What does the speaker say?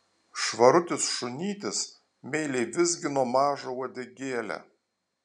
švarutis šunytis meiliai vizgino mažą uodegėlę